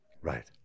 Right